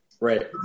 right